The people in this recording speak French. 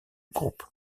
groupes